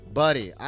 buddy